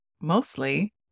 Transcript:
mostly